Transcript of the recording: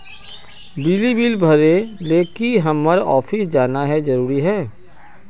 बिजली बिल भरे ले की हम्मर ऑफिस जाना है जरूरी है?